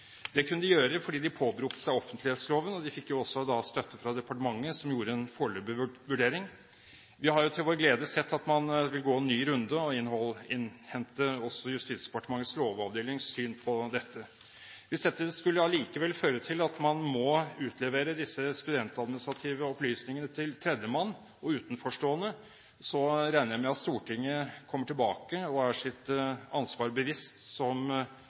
Det kunne de gjøre fordi de påberopte seg offentlighetsloven, og de fikk også støtte fra departementet, som gjorde en foreløpig vurdering. Vi har til vår glede sett at man vil gå en ny runde og innhente også Justisdepartementets lovavdelings syn på dette. Hvis dette allikevel skulle føre til at man må utlevere disse studentadministrative opplysningene til tredjemann og utenforstående, regner jeg med at Stortinget kommer tilbake og er seg sitt ansvar bevisst som